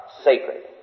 sacred